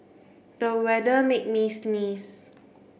the weather made me sneeze